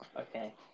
Okay